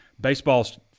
Baseball's